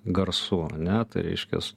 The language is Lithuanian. garsu ane tai reiškias